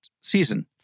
season